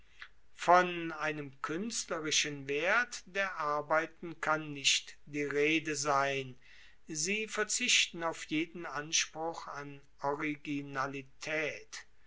von einem kuenstlerischen wert der arbeiten kann nicht die rede sein sie verzichten auf jeden anspruch an originalitaet